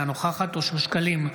אינה נוכחת אושר שקלים,